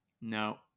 No